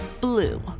blue